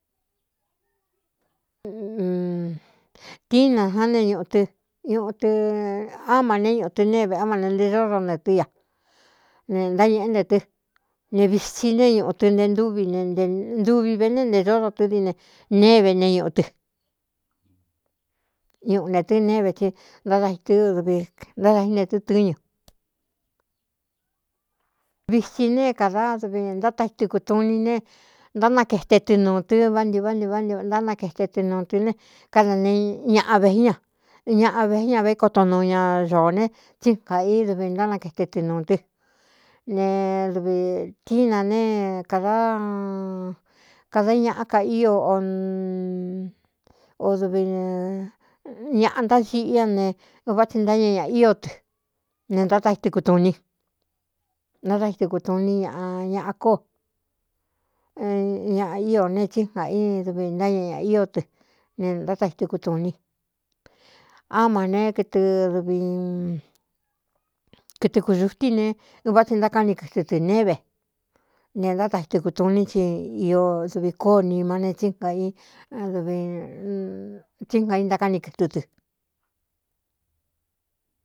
Tíínaán ne ñuꞌuɨ ñuꞌu tɨ áma né ñuꞌutɨ néve á ma ne nte zódo ne tɨ́ a ne ntáñēꞌé nte tɨ ne vitsi nee ñuꞌu tɨ nte nvi ne nte nduvi ve ne nte zódo tɨ́ die neev ne ñuꞌuɨ ñuꞌu netɨ́ neévetsi ntádaiɨ́dvi ntádaíne tɨ́ tɨ́ñɨvitsi neé kādádv nátaɨun ne áetetɨ nu tɨ́ vá nti vá nti vá ni ntánakaete tɨ nuu tɨ ne káda ne ñaꞌa vé ña ñaꞌa veé ña vé koto nuu ña ñoó ne tsí nga i duvi ntánakaete tɨ nuū tɨ ne dvtína ne dkada iñaꞌa ka o dvi ñaꞌa ntásiꞌí ña ne uvá tsi náña ñaꞌ ɨ ne átaɨuní ntátaitɨkuu ni ñꞌ ñaꞌa kó ñaꞌa íó ne tsí nga íni dɨvi ntáñɨꞌ ñaꞌ ío tɨ ne ntátaitɨkutuní áa nekɨɨdvikɨtɨ kūxutí ne un vá tsi ntákaꞌa ni kɨtɨ tɨ néve ne ntátaitɨkutu ní ci io duvi kóo nima e tsíavtsínga i ntákáꞌni kɨtɨ tɨ.